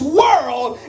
world